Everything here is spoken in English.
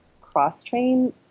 cross-train